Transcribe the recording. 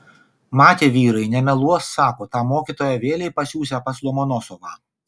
matė vyrai nemeluos sako tą mokytoją vėlei pasiųsią pas lomonosovą